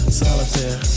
solitaire